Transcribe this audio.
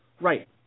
Right